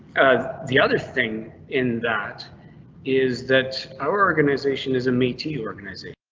ah the other thing in that is that our organization is a meaty organization.